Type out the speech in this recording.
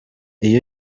iyo